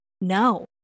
No